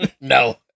no